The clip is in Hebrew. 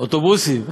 אוטובוסים.